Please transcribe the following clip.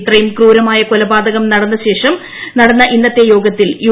ഇത്രയും ക്രൂരമായ കൊലപാതകം നടന്ന ശേഷം നടന്ന ഇന്നത്തെ യോഗത്തിൽ യു